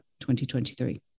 2023